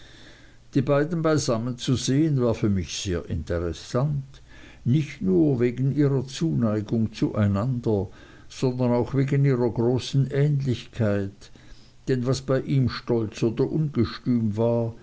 die beiden beisammen zu sehen war für mich sehr interessant nicht nur wegen ihrer zuneigung zueinander sondern auch wegen ihrer großen ähnlichkeit denn was bei ihm stolz oder ungestüm war